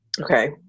Okay